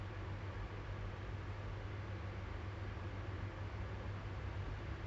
there's a lot of uh there's not much of commercialised building it's more of uh